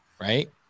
right